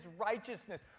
righteousness